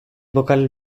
bokal